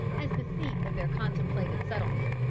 as the seat of their contemplated settlement.